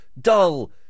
dull